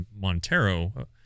Montero